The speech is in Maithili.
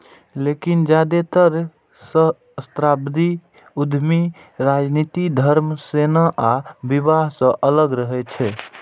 लेकिन जादेतर सहस्राब्दी उद्यमी राजनीति, धर्म, सेना आ विवाह सं अलग रहै छै